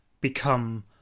become